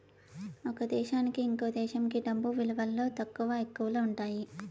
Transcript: ఒక దేశానికి ఇంకో దేశంకి డబ్బు విలువలో తక్కువ, ఎక్కువలు ఉంటాయి